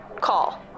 call